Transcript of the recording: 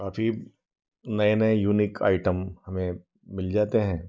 काफी नए नए यूनिक आइटम हमें मिल जाते हैं